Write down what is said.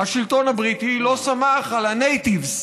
השלטון הבריטי לא סמך על ה-natives,